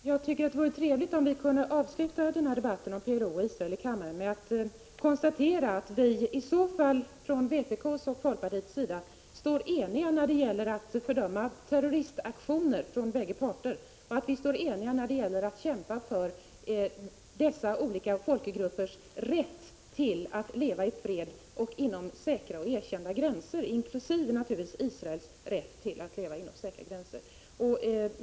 Herr talman! Jag tycker att det vore trevligt om vi kunde avsluta den här debatten i kammaren om PLO och Israel med att konstatera att vpk och folkpartiet står eniga när det gäller att fördöma terroristaktioner från bägge parter och att vi står eniga när det gäller att kämpa för dessa olika folkgruppers rätt att leva i fred och inom säkra och erkända gränser, inkl. naturligtvis israelernas rätt att leva inom säkra gränser.